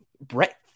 Brett